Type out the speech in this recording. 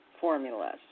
formulas